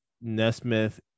Nesmith